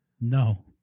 No